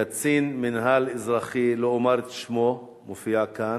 קצין מינהל אזרחי, לא אומר את שמו, מופיע כאן,